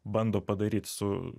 bando padaryt su